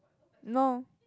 no